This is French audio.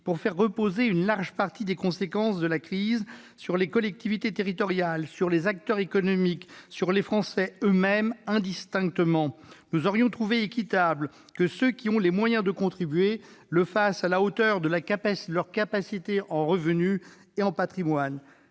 à faire reposer une large partie des conséquences de la crise sur les collectivités territoriales, sur les acteurs économiques et sur les Français eux-mêmes, indistinctement. Nous aurions trouvé équitable que ceux qui ont les moyens de contribuer le fassent à la hauteur de leurs capacités en revenus et en patrimoine.